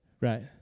Right